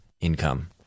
income